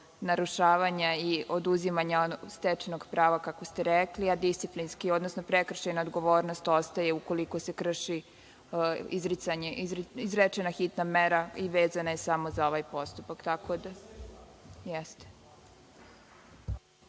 narušavanja i oduzimanja stečenog prava, kako ste rekli, a prekršajna odgovornost ostaje ukoliko se krši izrečena hitna mera i vezana je samo za ovaj postupak. **Veroljub